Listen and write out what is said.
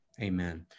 Amen